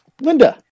linda